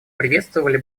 приветствовали